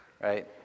right